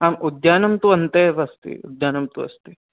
आम् उद्यानं तु अन्ते एव अस्ति उद्यानं तु अस्ति